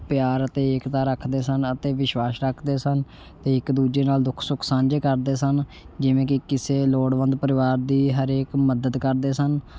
ਪਿਆਰ ਅਤੇ ਏਕਤਾ ਰੱਖਦੇ ਸਨ ਅਤੇ ਵਿਸ਼ਵਾਸ ਰੱਖਦੇ ਸਨ ਅਤੇ ਇੱਕ ਦੂਜੇ ਨਾਲ ਦੁੱਖ ਸੁੱਖ ਸਾਂਝੇ ਕਰਦੇ ਸਨ ਜਿਵੇਂ ਕਿ ਕਿਸੇ ਲੋੜਵੰਦ ਪਰਿਵਾਰ ਦੀ ਹਰੇਕ ਮਦਦ ਕਰਦੇ ਸਨ